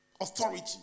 authority